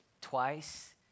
twice